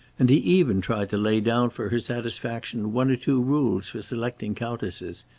and he even tried to lay down for her satisfaction one or two rules for selecting countesses,